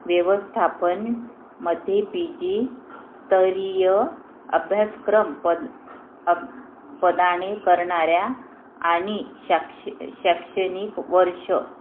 व्यवस्थापनामध्ये पी जीस्तरीय अभ्यासक्रम पद अब पदाणे करणाऱ्या आणि शाक्ष शैक्षणिक वर्ष